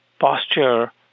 posture